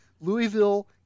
Louisville